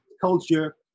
culture